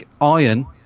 iron